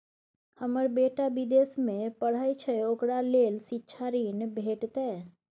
हमर बेटा विदेश में पढै छै ओकरा ले शिक्षा ऋण भेटतै?